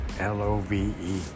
L-O-V-E